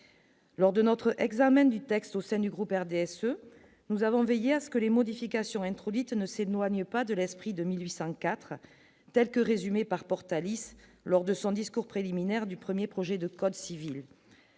lors de notre examen du texte au sein du groupe RDSE, nous avons veillé à ce que les modifications introduites ne Sédunois n'y a pas de l'esprit de 1804 telle que résumée par Portalis lors de son discours préliminaire du 1er projet de code civil